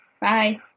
Bye